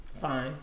Fine